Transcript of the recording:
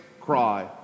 cry